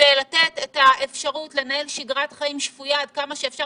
זה לתת את האפשרות לנהל שגרת חיים שפויה עד כמה שאפשר